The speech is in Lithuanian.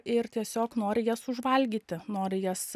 ir tiesiog nori jas užvalgyti nori jas